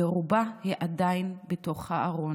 ברובה היא עדיין בתוך הארון.